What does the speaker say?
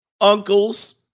Uncles